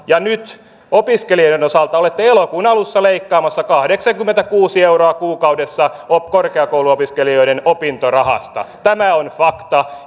ja nyt opiskelijoiden osalta olette elokuun alussa leikkaamassa kahdeksankymmentäkuusi euroa kuukaudessa korkeakouluopiskelijoiden opintorahasta tämä on fakta